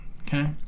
Okay